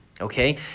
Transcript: okay